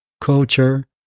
culture